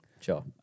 Sure